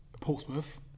Portsmouth